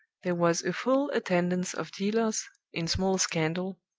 there was a full attendance of dealers in small scandal,